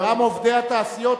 גם עובדי התעשיות,